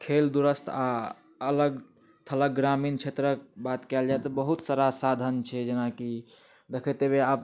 खेल दुरस्त आ अलग थलग ग्रामीण क्षेत्रके बात कयल जाय तऽ बहुत सारा साधन छै जेनाकि देखैत हेबै आब